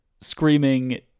screaming